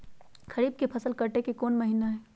खरीफ के फसल के कटे के कोंन महिना हई?